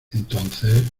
entonces